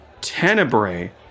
tenebrae